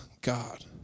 God